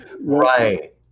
Right